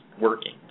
working